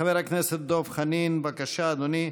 חבר הכנסת דב חנין, בבקשה, אדוני.